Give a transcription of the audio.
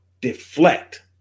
deflect